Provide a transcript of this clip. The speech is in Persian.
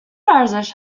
ورزش